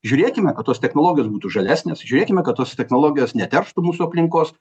žiūrėkime kad tos technologijos būtų žalesnės žiūrėkime kad tos technologijos neterštų mūsų aplinkos